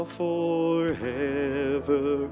forever